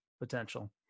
Potential